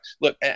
Look